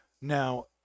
now